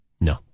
No